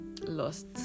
lost